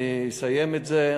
אני אסיים את זה,